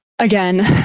again